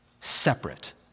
separate